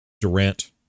Durant